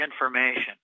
information